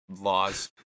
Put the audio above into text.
laws